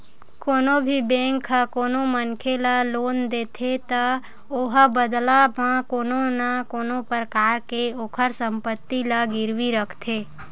कोनो भी बेंक ह कोनो मनखे ल लोन देथे त ओहा बदला म कोनो न कोनो परकार ले ओखर संपत्ति ला गिरवी रखथे